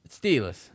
Steelers